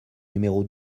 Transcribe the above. numéro